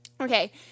Okay